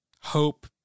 hope